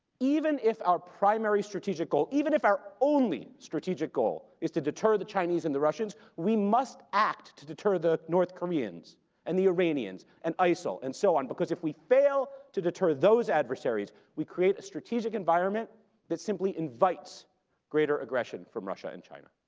even if our primary strategic goal, even if our only strategic goal, is to deter the chinese and the russians, we must act to deter the north koreans and the iranians and isil and so on, because if we fail to deter those adversaries, we create a strategic environment that simply invites greater aggression from russia and china.